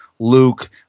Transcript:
Luke